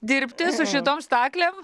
dirbti su šitom staklėm